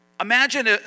Imagine